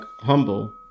Humble